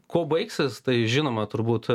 kuo baigsis tai žinoma turbūt